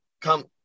come